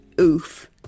Oof